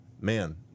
man